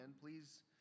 please